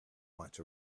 might